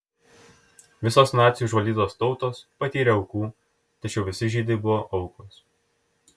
visos nacių užvaldytos tautos patyrė aukų tačiau visi žydai buvo aukos